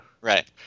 Right